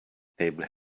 table